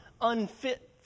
unfit